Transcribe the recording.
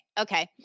Okay